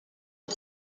des